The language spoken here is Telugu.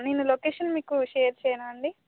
నేను లొకేషన్ మీకు షేర్ చేయనా అండి